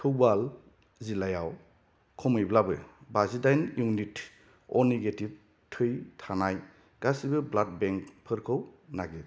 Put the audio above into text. थौबाल जिल्लायाव खमैब्लाबो बाजिदाइन इउनिट अ निगेटिभ थै थानाय गासैबो ब्लाड बेंकफोरखौ नागिर